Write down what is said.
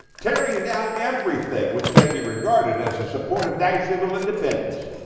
tearing down everything which can be regarded as a supportive, national independence.